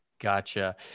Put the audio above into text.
Gotcha